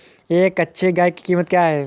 एक अच्छी गाय की कीमत क्या है?